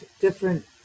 different